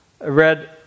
read